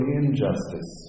injustice